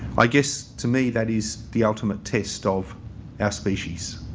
i guess to me that is the ultimate test of our species.